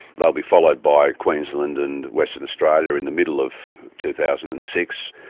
they'll be followed by queensland and western australia in the middle of two thousand and six,